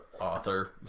author